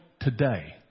today